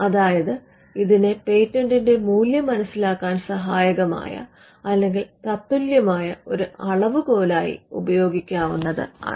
അതായത് ഇതിനെ പേറ്റന്റിന്റെ മൂല്യം മനസിലാക്കാൻ സഹായകമായ അല്ലെങ്കിൽ തത്തുല്യമായ ഒരു അളവുകോലായി ഉപയോഗിക്കാവുന്നതാണ്